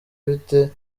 bite